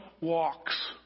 walks